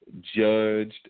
judged